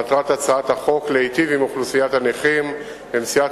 מטרת הצעת החוק להיטיב עם אוכלוסיית הנכים במציאת